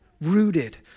rooted